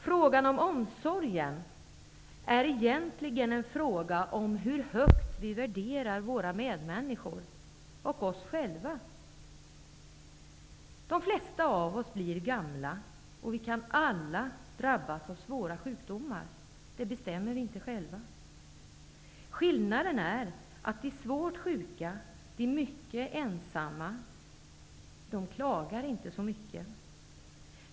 Frågan om omsorgen är egentligen en fråga om hur högt vi värderar våra medmänniskor och oss själva. De flesta av oss blir gamla, och vi kan alla drabbas av svåra sjukdomar. Det bestämmer vi inte själva. Skillnaden är att de svårt sjuka och de mycket ensamma inte klagar så mycket.